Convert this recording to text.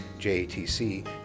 JATC